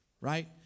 Right